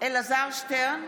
אלעזר שטרן,